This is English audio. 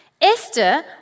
Esther